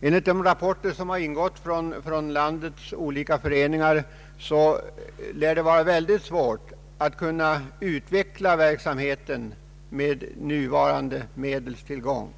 Enligt de rapporter som ingått från landets olika föreningar lär det vara mycket svårt att utveckla verksamheten med nuvarande medelstillgång.